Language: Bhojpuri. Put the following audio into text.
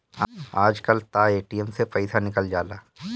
आजकल तअ ए.टी.एम से पइसा निकल जाला